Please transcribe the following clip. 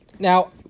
Now